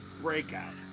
Breakout